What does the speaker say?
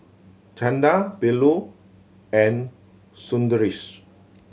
Chanda Bellur and Sundaresh